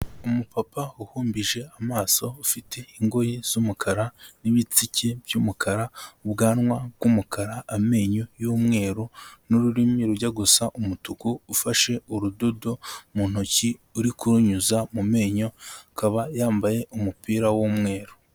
Umupapa uhumbije amaso ufite ingoyi z'umukara n'ibitsike by'umukara, ubwanwa bw'umukara, amenyo y'umweru n'ururimi rujya gusa umutuku, ufashe urudodo mu ntoki uri kurunyuza mu menyo, akaba yambaye umupira w'umweru.